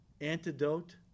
antidote